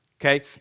Okay